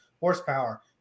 horsepower